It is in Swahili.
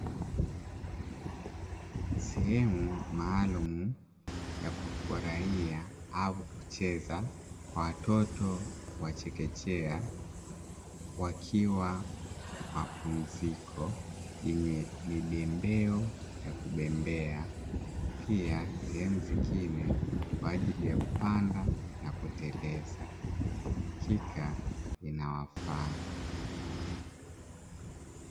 Sehemu maalumu ya kufurahia au kucheza kwa watoto wa chekechea, wakiwa mapumziko yenye bembeo ya kubembea. Pia sehemu zingine kwa ajili ya kupanda na kuteleza. Hakika inawafaa.